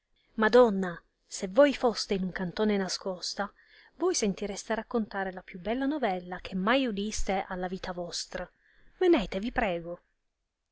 madonna se voi foste in un cantone nascosta voi sentireste raccontare la più bella novella che mai udiste alla vita vostra venete vi prego